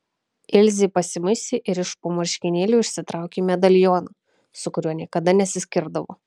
ilzė pasimuistė ir iš po marškinėlių išsitraukė medalioną su kuriuo niekada nesiskirdavo